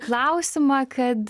klausimą kad